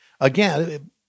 again